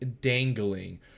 dangling